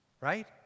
Right